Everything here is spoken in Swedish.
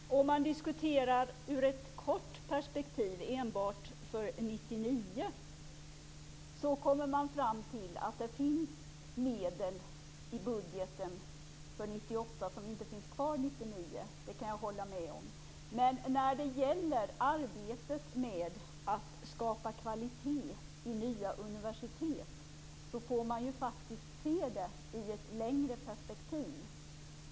Fru talman! Om man diskuterar ett kort perspektiv - enbart 1999 - kommer man fram till att det finns medel i budgeten för 1998 som inte finns kvar 1999. Det kan jag hålla med om. Men man får faktiskt se arbetet med att skapa kvalitet i nya universitet i ett längre perspektiv.